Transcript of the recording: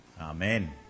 Amen